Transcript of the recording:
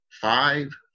five